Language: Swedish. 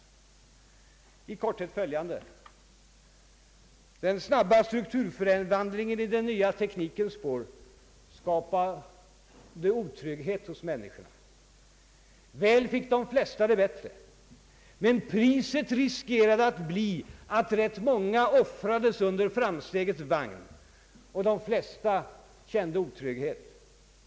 Det var i korthet på följande sätt: Den snabba strukturomvandlingen i den nya teknikens spår skapade otrygghet hos människorna. Väl fick de flesta det bättre, men man riskerade att priset skulle bli att ganska många offrades under framstegets vagn och de flesta kände otrygghet.